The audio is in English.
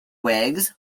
whigs